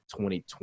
2020